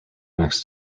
next